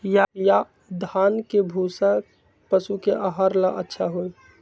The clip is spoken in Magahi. या धान के भूसा पशु के आहार ला अच्छा होई?